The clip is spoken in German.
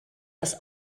das